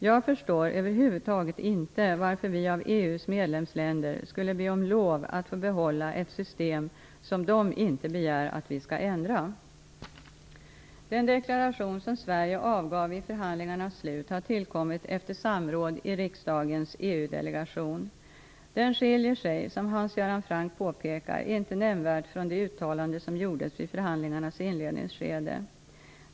Jag förstår över huvud taget inte varför vi av EU:s medlemsländer skulle be om lov att få behålla ett system som de inte begär att vi skall ändra. Den deklaration som Sverige avgav vid förhandlingarnas slut har tillkommit efter samråd i riksdagens EU-delegation. Den skiljer sig som Hans Göran Franck påpekar inte nämnvärt från det uttalande som gjordes vid förhandlingarnas inledningsskede.